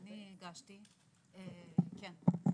כן.